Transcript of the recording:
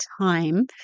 time